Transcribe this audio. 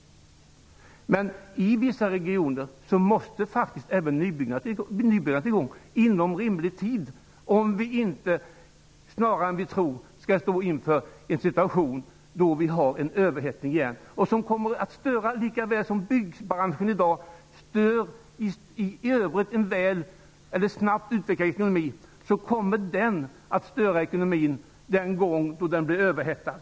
I vissa regioner måste även nybyggandet komma i gång inom rimlig tid, om vi inte förr än vi tror skall få en situation med överhettning igen. Likaväl som situationen i byggbranschen i dag stör en i övrigt snabb utveckling av ekonomin, så kommer det återigen att störa ekonomin när branschen en gång blir överhettad.